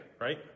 right